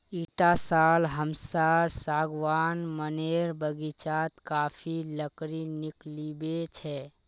इटा साल हमसार सागवान मनेर बगीचात काफी लकड़ी निकलिबे छे